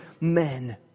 men